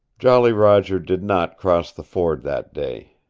jolly roger did not cross the ford that day.